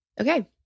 Okay